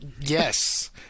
yes